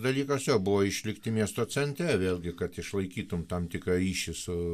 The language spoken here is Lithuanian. dalykas jo buvo išlikti miesto centre vėlgi kad išlaikytum tam tikrą ryšį